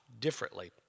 differently